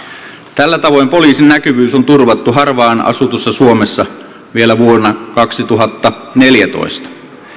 tällä tavoin poliisin näkyvyys on turvattu harvaan asutussa suomessa vielä vuonna kaksituhattaneljätoista